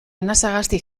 anasagasti